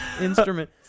instrument